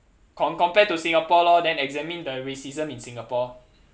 com~ compare to singapore lor they examine the racism in singapore